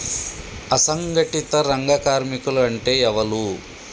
అసంఘటిత రంగ కార్మికులు అంటే ఎవలూ?